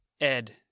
Ed